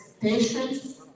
patience